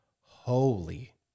Holy